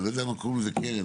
אני לא יודע למה קוראים לזה קרן,